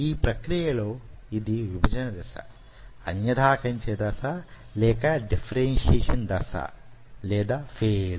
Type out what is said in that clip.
ఈ ప్రక్రియ లో యిది విభజన దశ అన్యధాకరించే దశ లేక డిఫరెన్షియేషన్ దశ ఫేస్